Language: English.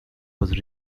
was